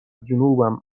جنوبم